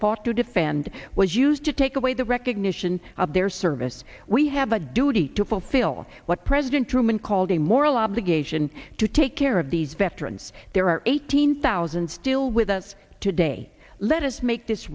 fought to defend was used to take away the recognition of their service we have a duty to fulfill what president truman called a moral obligation to take care of these veterans there are eighteen thousand still with us today let us make this